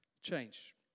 change